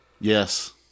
Yes